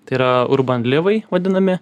tai yra urbanlivai vadinami